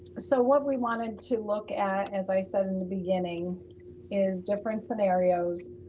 so what we wanted to look at, as i said in the beginning is different scenarios,